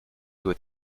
dois